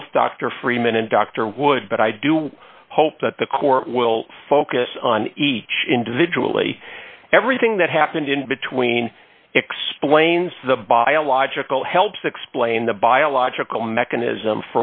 both dr freeman and dr wood but i do hope that the court will focus on each individually everything that happened in between explains the biological helps explain the biological mechanism